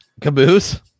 Caboose